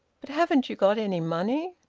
but haven't you got any money?